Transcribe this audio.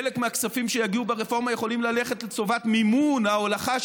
חלק מהכספים שיגיעו ברפורמה יכולים ללכת לטובת מימון ההולכה,